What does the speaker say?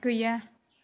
गैया